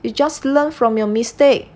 it's just learn from your mistakes